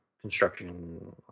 construction